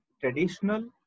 traditional